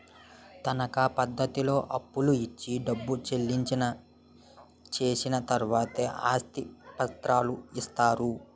తనకా పద్ధతిలో అప్పులు ఇచ్చి డబ్బు చెల్లించి చేసిన తర్వాతే ఆస్తి పత్రాలు ఇస్తారు